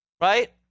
Right